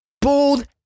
Bold